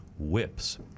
Whips